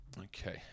Okay